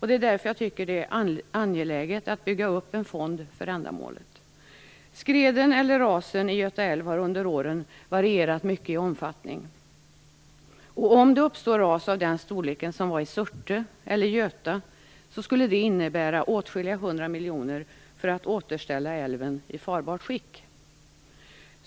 Det är därför jag tycker att det är angeläget att bygga upp en fond för ändamålet. Skreden eller rasen i Göta älv har under åren varierat mycket i omfattning. Om det uppstår ras av samma storlek som i Surte eller Göta skulle det innebära en kostnad på åtskilliga hundra miljoner för att återställa älven i farbart skick.